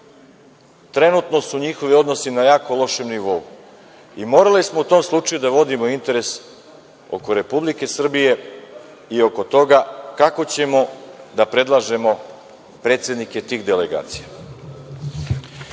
svetu su njihovi odnosi na jako lošem nivou. Morali smo u tom slučaju da vodimo interes oko Republike Srbije i oko toga kako ćemo da predlažemo predsednike tih delegacija. Pošto